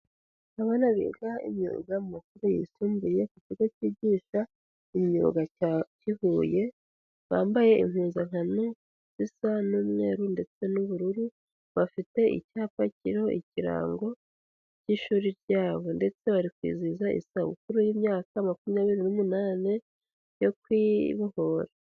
Abana biga imyuga mu mashuri yisumbuye ku kigo cyigisha imyuga cy'i Huye, bambaye impuzankano zisa n'umweru ndetse n'ubururu, bafite icyapa kirimo ikirango cy'ishuri ryabo, ndetse bari kwizihiza isabukuru y'imyaka makumyabiri n' numunani yo kwibohora.